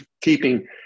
keeping